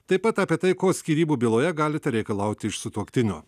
taip pat apie tai ko skyrybų byloje galite reikalauti iš sutuoktinio